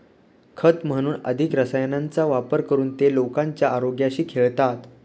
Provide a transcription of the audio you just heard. खत म्हणून अधिक रसायनांचा वापर करून ते लोकांच्या आरोग्याशी खेळतात